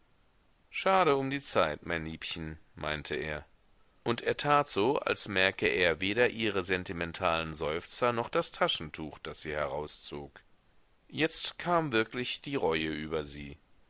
schade um die zeit mein liebchen meinte er und er tat so als merke er weder ihre sentimentalen seufzer noch das taschentuch das sie herauszog jetzt kam wirklich die reue über sie